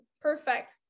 Perfect